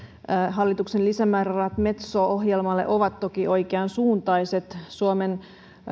hallituksen lisämäärärahat metso ohjelmalle ovat toki oikeansuuntaiset suomen